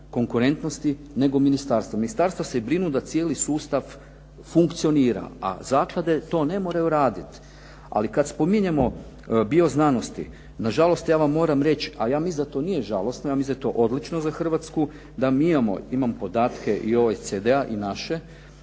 konkurentnosti nego ministarstva. Ministarstva se brinu da cijeli sustav funkcionira, a zaklade to ne moraju raditi. Ali kad spominjemo bioznanosti, nažalost ja vam moram reći, a ja mislim da to nije žalosno, ja mislim da je to odlično za Hrvatsku, da mi imamo, imam podatke i OECD-a i naše,